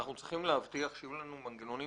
אנחנו צריכים להבטיח שיהיו לנו מנגנונים